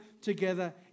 together